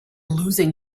losing